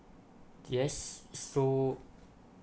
yes so